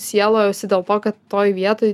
sielojausi dėl to kad toj vietoj